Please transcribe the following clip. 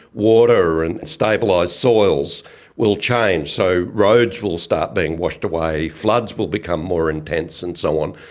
water and and stabilised soils will change. so roads will start being washed away, floods will become more intense and so on.